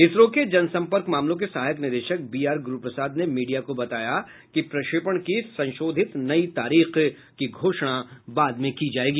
इसरो के जनसंपर्क मामलों के सहायक निदेशक बी आर ग्रूप्रसाद ने मीडिया को बताया कि प्रक्षेपण की संशोधित नई तारीख की घोषणा बाद में की जाएगी